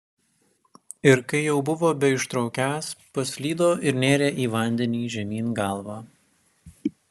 ir kai jau buvo beištraukiąs paslydo ir nėrė į vandenį žemyn galva